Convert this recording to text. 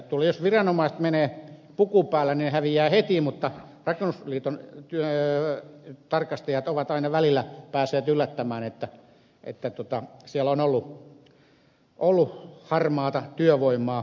jos viranomaiset menevät puku päällä he häviävät heti mutta rakennusliiton tarkastajat ovat aina välillä päässeet yllättämään ja siellä on ollut harmaata työvoimaa